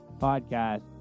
podcast